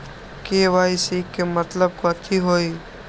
KYC के मतलब कथी होई?